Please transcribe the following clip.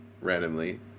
randomly